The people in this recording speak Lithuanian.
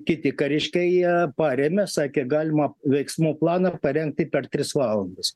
kiti kariškiai jie parėmė sakė galimą veiksmų planą parengti per tris valandas